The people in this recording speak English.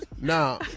Now